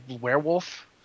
werewolf